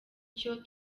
cyo